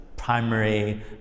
primary